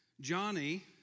Johnny